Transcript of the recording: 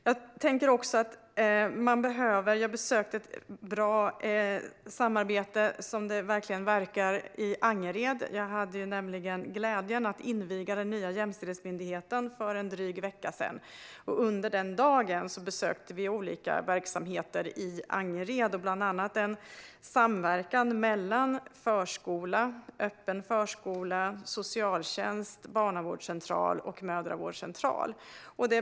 Jag hade för drygt en vecka sedan glädjen att inviga den nya Jämställdhetsmyndigheten i Angered. Under dagen kunde jag ta del av ett samarbete som verkligen verkar bra. Vi besökte olika verksamheter i Angered och kunde bland annat se den samverkan som finns mellan förskola, öppen förskola, socialtjänst, barnavårdscentral och mödravårdscentral.